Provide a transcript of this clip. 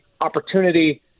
opportunity